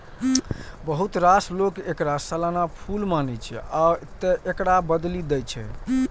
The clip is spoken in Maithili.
बहुत रास लोक एकरा सालाना फूल मानै छै, आ तें एकरा बदलि दै छै